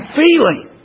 feeling